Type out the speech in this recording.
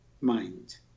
mind